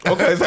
Okay